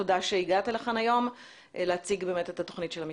תודה שהגעת לכאן היום להציג את התוכנית של המשרד.